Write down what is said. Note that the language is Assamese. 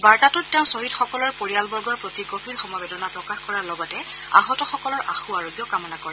বাৰ্তাটোত তেওঁ ষ্থহদসকলৰ পৰিয়ালবৰ্গৰ প্ৰতি গভীৰ সমবেদনা প্ৰকাশ কৰাৰ লগতে আহতসকলৰ আশু আৰোগ্য কামনা কৰে